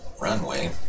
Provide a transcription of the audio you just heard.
runway